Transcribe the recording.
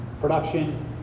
production